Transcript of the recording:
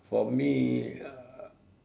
for me uh